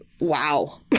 Wow